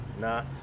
Nah